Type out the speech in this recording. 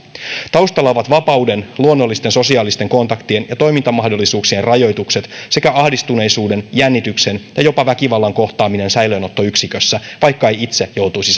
taustalla ovat vapauden luonnollisten sosiaalisten kontaktien ja toimintamahdollisuuksien rajoitukset sekä ahdistuneisuuden jännityksen ja jopa väkivallan kohtaaminen säilöönottoyksikössä vaikka ei itse joutuisi